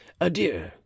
adieu